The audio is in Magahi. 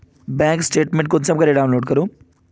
बैंक स्टेटमेंट कुंसम करे डाउनलोड करूम?